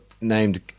named